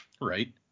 Right